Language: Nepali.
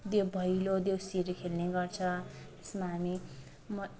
देउ भैलो देउसीहरू खेल्ने गर्छ जसमा हामी म